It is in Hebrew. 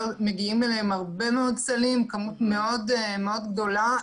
שמגיעים אליהם הרבה מאוד סלים, כמות גדולה מאוד.